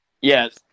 Yes